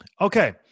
Okay